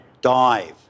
dive